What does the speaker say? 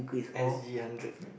s_g hundred